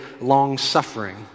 long-suffering